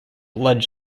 blood